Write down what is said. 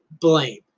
blame